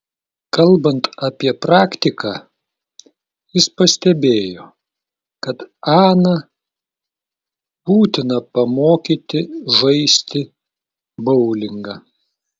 kalbant apie praktiką jis pastebėjo kad aną būtina pamokyti žaisti boulingą